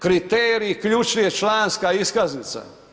Kriteriji, ključni je članska iskaznica.